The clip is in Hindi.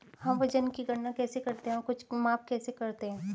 हम वजन की गणना कैसे करते हैं और कुछ माप कैसे करते हैं?